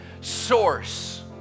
source